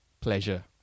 pleasure